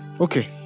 Okay